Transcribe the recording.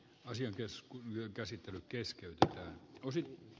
asiamies kun hyökkäsi keskeltä tosi